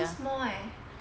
so small eh